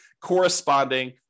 corresponding